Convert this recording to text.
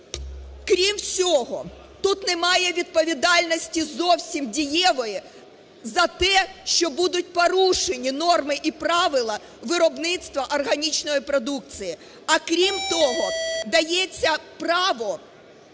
крім всього, тут немає відповідальності зовсім дієвої за те, що будуть порушені норми і правила виробництва органічної продукції, а крім того, дається право